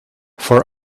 for